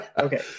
okay